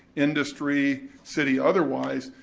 industry, city, otherwise,